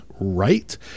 right